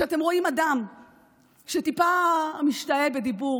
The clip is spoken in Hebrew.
כשאתם רואים אדם שטיפה משתהה בדיבור,